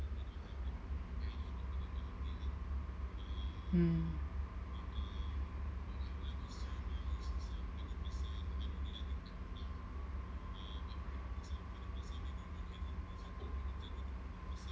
mm